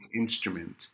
instrument